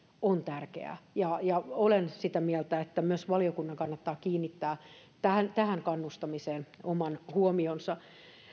on tärkeää olen sitä mieltä että myös valiokunnan kannattaa kiinnittää tähän tähän kannustamiseen oma huomionsa